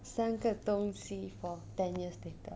三个东西 for ten years later